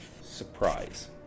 surprise